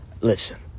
Listen